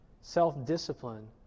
Self-discipline